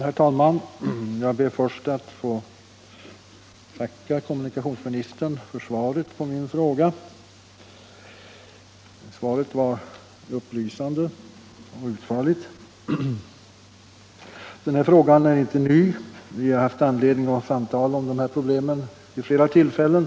Herr talman! Jag ber först att få tacka kommunikationsministern för svaret på min fråga, som var upplysande och utförligt. De här problemen är inte nya; vi har haft anledning att samtala om dem vid flera tillfällen.